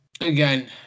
again